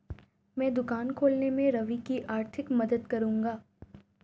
मैं दुकान खोलने में रवि की आर्थिक मदद करूंगा